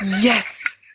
Yes